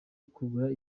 kugura